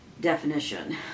Definition